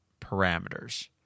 parameters